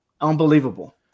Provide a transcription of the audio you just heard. Unbelievable